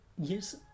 yes